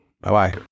Bye-bye